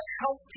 help